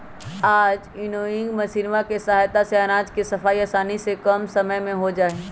आज विन्नोइंग मशीनवा के सहायता से अनाज के सफाई आसानी से कम समय में हो जाहई